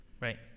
Right